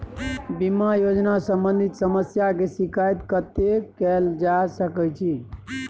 बीमा योजना सम्बंधित समस्या के शिकायत कत्ते कैल जा सकै छी?